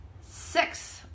six